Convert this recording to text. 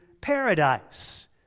paradise